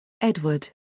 Edward